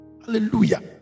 Hallelujah